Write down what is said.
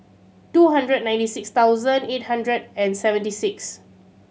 two hundred ninety six thousand eight hundred and seventy six